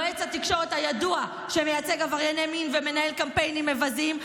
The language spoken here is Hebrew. יועץ התקשורת הידוע שמייצג עברייני מין ומנהל קמפיינים מבזים,